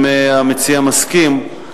אם המציע מסכים,